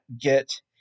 get